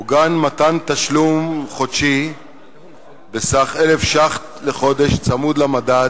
עוגן מתן תשלום חודשי בסך 1,000 שקל לחודש צמוד למדד,